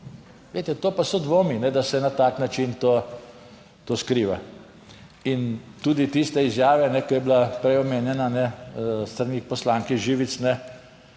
to pa so dvomi, da se na tak način to skriva. In tudi tiste izjave, ki je bila prej omenjena s strani poslanke Živic,